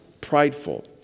prideful